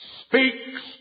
speaks